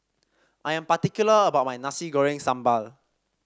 I am particular about my Nasi Goreng Sambal